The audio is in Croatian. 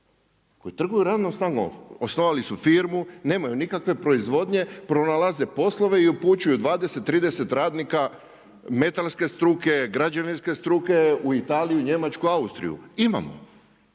Koji trguju radnom snagom. Osnovali su firmu, nemaju nikakve proizvodnje, pronalaze poslove i upućuju 20, 30 radnika metalske struke, građevinske struke u Italiju, njemačku, Austriju. Imamo,